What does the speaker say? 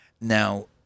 Now